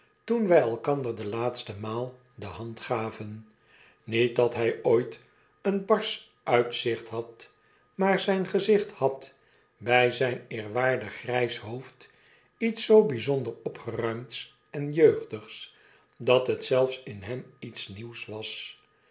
toen wy elkander de laatste maal de hand gaven niet dat hij ooit een barsch uitzicht had maar zyn gezicht had by zyn eerwaardig grijs hoofd iets zoo bijzonder opgeruimds en jeugdigs dat het zelfs in hem iets nieuwswas